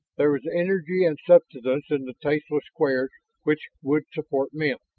there was energy and sustenance in the tasteless squares which would support men,